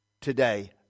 today